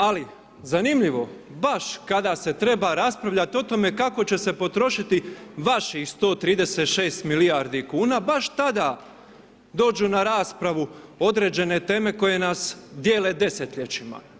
Ali, zanimljivo, baš kada se treba raspravljati o tome kako će se potrošiti vaših 136 milijardi kuna, baš tada dođu na raspravu određene teme koje nas dijele desetljećima.